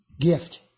gift